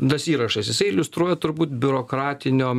tas įrašas jisai iliustruoja turbūt biurokratinio